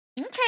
Okay